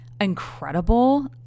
incredible